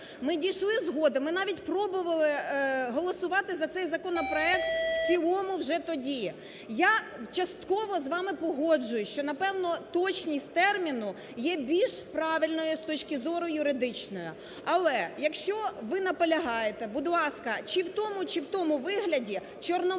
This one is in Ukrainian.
ми дійшли згоди, ми навіть пробували голосувати за цей законопроект в цілому вже тоді. Я частково з вами погоджуюся, що напевно точність терміну є більш правильною, з точки зору юридичної. Але, якщо ви наполягаєте, будь ласка, чи в тому, чи в тому вигляді "Чорноморнафтогазу"